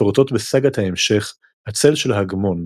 מפורטות בסאגת ההמשך "הצל של ההגמון",